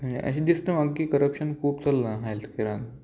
आनी अशें दिसता म्हाका की करप्शन खूब चल्लां हॅल्थ कॅरान